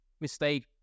mistake